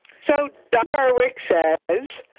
so, don berwick says,